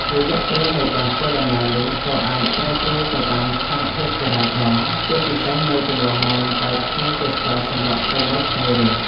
រយៈពេលនៃការធ្វើដំណើរនេះ ក៏អាចប្រែប្រួលទៅតាមស្ថានភាពចរាចរណ៍ ជាពិសេសនៅចន្លោះម៉ោងដែលភ្ញៀវទេសចរសម្រុកទៅមើលថ្ងៃរះ។